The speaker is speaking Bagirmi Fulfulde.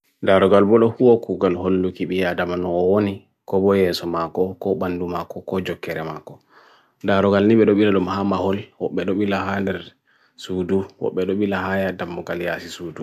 Darogal bolo hua kugal holu kibiya damano ooni, ko boye somako, ko bandu mako, ko jokere mako. Darogal ni bedo bila lumha mahol, hoq bedo bila hainir sudu, hoq bedo bila hainir damo kaliasi sudu.